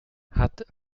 hat